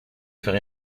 fait